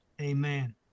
amen